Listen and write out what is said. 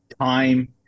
time